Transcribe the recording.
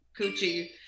coochie